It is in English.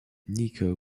nico